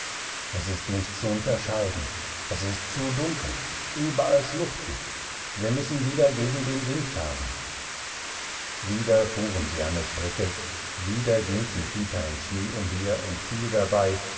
es ist nichts zu unterscheiden es ist zu dunkel überall schluchten wir müssen wieder gegen den wind fahren wieder fuhren sie eine strecke wieder ging nikita im schnee umher und fiel dabei